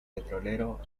petrolero